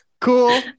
Cool